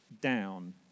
down